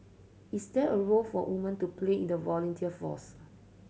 is there a role for woman to play in the volunteer force